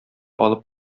алып